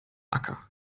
acker